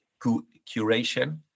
curation